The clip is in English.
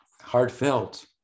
heartfelt